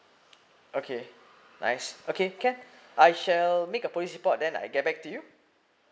okay nice okay can I shall make a police report then I get back to you